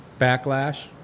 Backlash